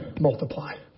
multiply